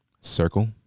circle